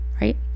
right